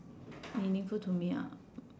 meaningful to me ah